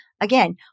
Again